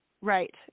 Right